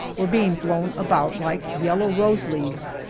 were being blown about like yellow rose leaves.